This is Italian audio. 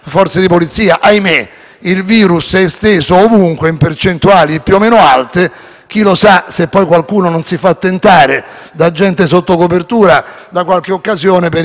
il virus è esteso ovunque, in percentuali più o meno alte e chi lo sa se poi qualcuno non si farà tentare da un agente sotto copertura e da qualche occasione, per infangare questo o quello.